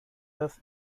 thus